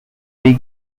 will